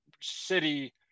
city –